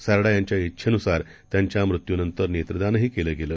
सारडा यांच्या उिछेनुसार त्यांच्या मृत्यूनंतर नेत्रदानही केलं गेलं